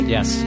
Yes